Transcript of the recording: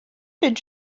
did